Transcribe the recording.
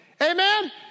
Amen